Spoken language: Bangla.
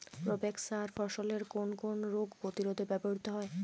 প্রোভেক্স সার ফসলের কোন কোন রোগ প্রতিরোধে ব্যবহৃত হয়?